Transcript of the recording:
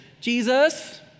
Jesus